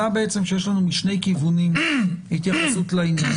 עלה שיש לנו משני כיוונים התייחסות לעניין.